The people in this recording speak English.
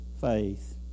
faith